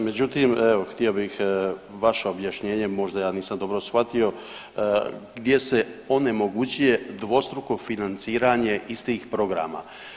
Međutim, evo, htio bih vaše objašnjenje, možda ja nisam dobro shvatio, gdje se onemogućuje dvostruko financiranje iz tih programa?